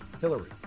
Hillary